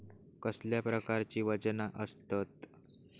कसल्या प्रकारची वजना आसतत?